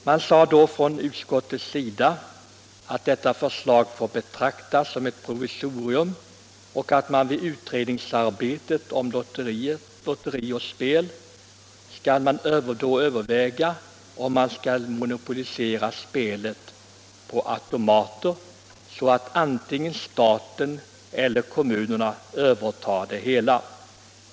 Man sade då från utskottets sida att detta förslag finge betraktas som ett provisorium och att lotteriutredningen i sitt arbete skulle överväga ”tanken på en monopoliserad spelverksamhet”, så att antingen staten eller kommunerna övertog hela verksamheten.